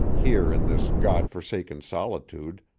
here in this god-forsaken solitude,